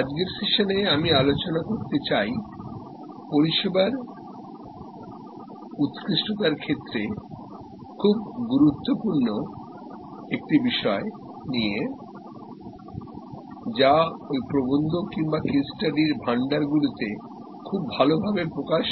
আজকের সেশানে আমি আলোচনা করতে চাইপরিষেবার উৎকৃষ্টতার ক্ষেত্রেখুব গুরুত্বপূর্ণ একটি বিষয় নিয়ে যাহা ওই প্রবন্ধ কিংবা কেস স্টাডির ভান্ডার গুলিতে খুব ভালোভাবে প্রকাশ